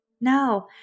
No